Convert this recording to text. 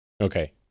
Okay